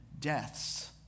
deaths